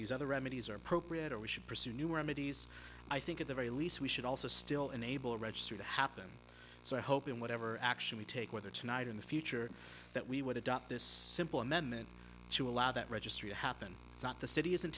these other remedies are appropriate or we should pursue new remedies i think at the very least we should also still enable register to happen so i hope in whatever action we take whether tonight in the future that we would adopt this simple amendment to allow that registry to happen it's not the city isn't